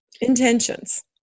intentions